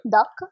Duck